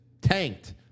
tanked